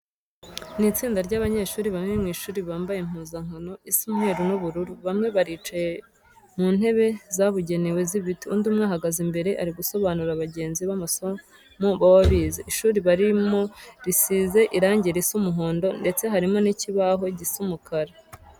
Ni istsinda ry'abanyeshuri bari mu ishuri, bambaye impuzankno isa umweru n'ubururu. Bamwe baricaye mu ntebe zabugenewe z'ibiti, undi umwe ahagaze imbere ari gusobanurira bagenzi be amasomo baba bize. Ishuri barimo risize irange risa umuhondo ndetse harimo n'ikibaho gisa umukara.